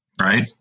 Right